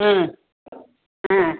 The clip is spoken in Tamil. ம் ஆ